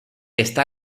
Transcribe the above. está